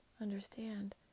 understand